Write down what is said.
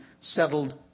settled